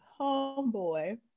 homeboy